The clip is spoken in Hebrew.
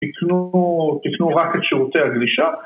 תקנו רק את שירותי הגלישה